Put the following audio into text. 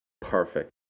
Perfect